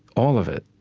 all of it,